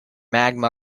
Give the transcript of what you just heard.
magma